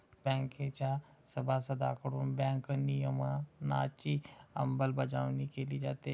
बँकेच्या सभासदांकडून बँक नियमनाची अंमलबजावणी केली जाते